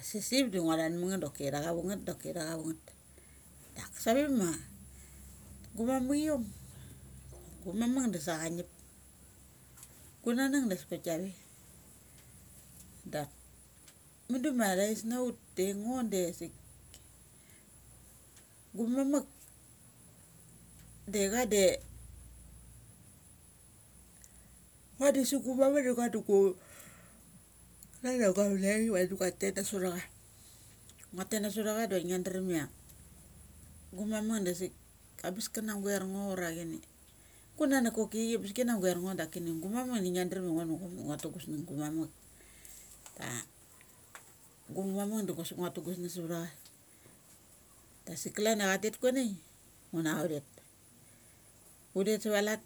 Asik sip da nuga tath ma ngeth doki thak avangeth doki thak avangeth. Dak save ma gumamukiom, gumamuk da sa cha ngip. Daka gunanek daskok kia ve. Dak mundu ma thais na ut da aigngo dasik gumam de. cha de nga dasik gu mamuk da ngu du ngu klan a gua vlek achi vadi ngu a tet na sot a cha. Ngua tet na sot a cha da ngi a drem ia gumamuk dasik gumamuk asik ka na guarngo ura chini gunanuk koki ambes ki na guar ngo da kini gumamuk da ngia dremia ia a ngo du ngua tu gusnug su gumamuk. A gu mamuk da gus ngua tu gus nung savtha cha. Dasik kalama cha tet kuenai ingu na tha undert. Undet sa va lat